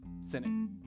sinning